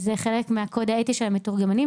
זה חלק מהקוד האתי של המתורגמנים,